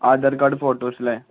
Aadhaar card ഫോട്ടോസല്ലേ